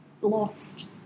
lost